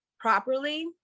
properly